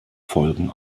folgen